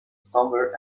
somewhere